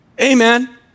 Amen